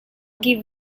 give